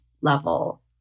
level